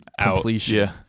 completion